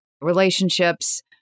relationships